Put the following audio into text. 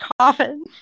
coffin